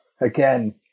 again